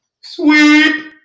sweep